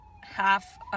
half